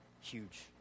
huge